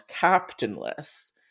captainless